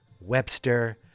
Webster